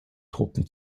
truppen